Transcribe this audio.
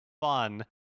fun